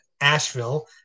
Asheville